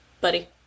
buddy